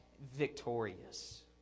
victorious